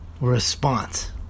response